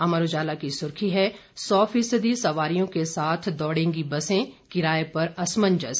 अमर उजाला की सुर्खी है सौ फीसदी सवारियों के साथ दौड़ेंगी बसें किराए पर असमंजस